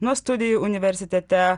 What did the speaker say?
nuo studijų universitete